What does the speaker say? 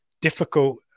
difficult